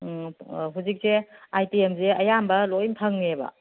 ꯍꯧꯖꯤꯛꯁꯦ ꯑꯥꯏꯇꯦꯝꯁꯦ ꯑꯌꯥꯝꯕ ꯂꯣꯏ ꯐꯪꯉꯦꯕ